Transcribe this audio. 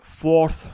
fourth